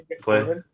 play